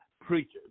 preachers